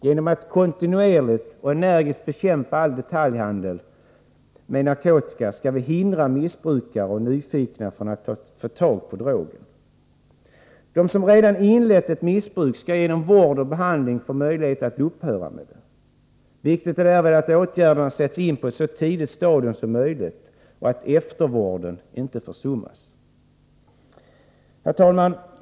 Genom att kontinuerligt och energiskt bekämpa all detaljhandel med narkotika skall vi hindra missbrukare och nyfikna från att få tag på drogen. De som redan inlett ett missbruk skall genom vård och behandling få möjlighet att upphöra med det. Viktigt är därvid att åtgärderna sätts in på ett så tidigt stadium som möjligt och att eftervården inte försummas. Herr talman!